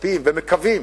מצפים ומקווים,